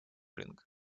рынок